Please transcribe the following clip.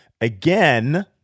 again